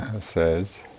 says